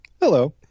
hello